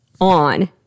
on